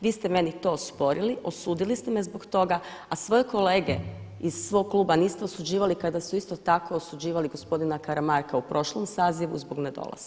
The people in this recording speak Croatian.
Vi ste meni to osporili, osudili ste me zbog toga, a svoje kolege iz svog kluba niste osuđivali kada su isto tako osuđivali gospodina Karamarka u prošlom sazivu zbog nedolaska.